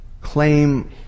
claim